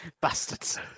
Bastards